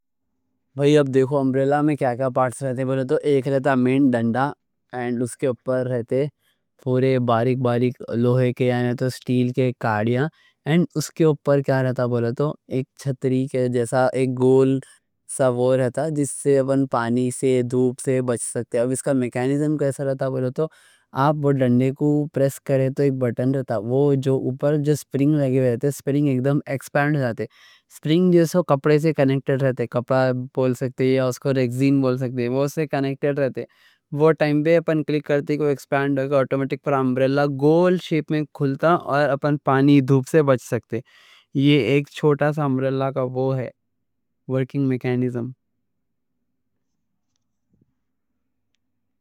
بھائی اب دیکھو امبریلہ میں کیا کیا پارٹس رہتے، بولے تو ایک مین ڈنڈا رہتا۔ اس کے اوپر پورے باریک باریک لوہے کے یعنی سٹیل کے کاریاں رہتے۔ اور اس کے اوپر کیا رہتا، بولے تو ایک چھتری کے جیسا ایک گول سا رہتا جس سے پانی دھوپ سے بچ سکتے۔ اب اس کا میکانیزم کیسا رہتا، بھائی تو آپ وہ ڈنڈے کو پریس کریں تو ایک بٹن رہتا۔ اوپر اسپرنگ لگے رہتے، یا اس کو ریکزین بول سکتے، وہ اس سے کنیکٹیڈ رہتے۔ وہ ٹائم پہ اپن کلک کرتے، وہ ایکسپانڈ ہوئے اوٹومیٹک پر امبریلہ گول شیپ میں کھلتا اور اپن پانی دھوپ سے بچ سکتے۔ یہ ایک چھوٹا سا امبریلہ کا ورکنگ میکانیزم۔